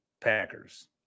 Packers